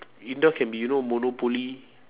indoor can be you know monopoly